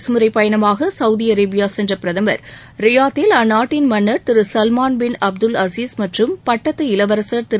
அரசுமுறை பயணமாக Saudi Arabia சென்ற பிரதமர் ரியாத்தில் அந்நாட்டின் மன்னர் திரு சல்மான் பின் அப்துல் அலீஸ் மற்றும் பட்டத்து இளவரசர் திரு